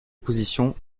position